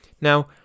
Now